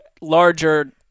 larger